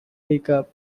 teacup